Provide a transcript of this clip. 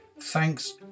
Thanks